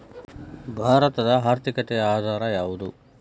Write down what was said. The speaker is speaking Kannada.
ಭಾರತದ ಆರ್ಥಿಕತೆಯ ಆಧಾರ ಯಾವುದು?